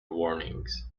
warnings